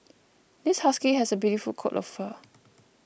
this husky has a beautiful coat of fur